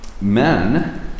men